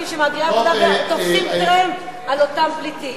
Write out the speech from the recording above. מציע שחובת ההוכחה תהיה על הפליט,